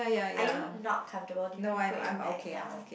are you not comfortable do you want to put your bag down